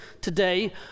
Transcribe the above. today